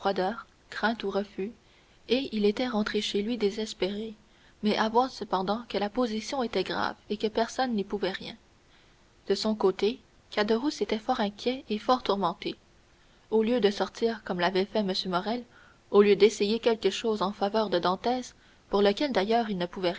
crainte ou refus et il était rentré chez lui désespéré mais avouant cependant que la position était grave et que personne n'y pouvait rien de son côté caderousse était fort inquiet et fort tourmenté au lieu de sortir comme l'avait fait m morrel au lieu d'essayer quelque chose en faveur de dantès pour lequel d'ailleurs il ne pouvait